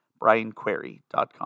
brianquery.com